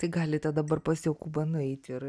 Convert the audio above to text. tai galite dabar pas jokūbą nueiti ir